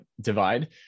divide